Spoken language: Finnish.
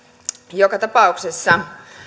joka tapauksessa